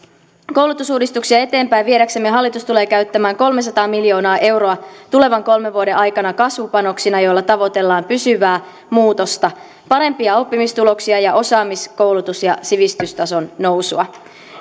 koulutusuudistuksia eteenpäin viedäksemme hallitus tulee käyttämään kolmesataa miljoonaa euroa tulevan kolmen vuoden aikana kasvupanoksina joilla tavoitellaan pysyvää muutosta parempia oppimistuloksia ja osaamis koulutus ja sivistystason nousua